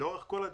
לאורך כל הדרך,